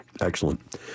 Excellent